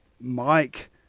Mike